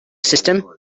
system